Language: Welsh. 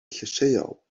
llysieuol